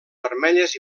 vermelles